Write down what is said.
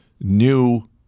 new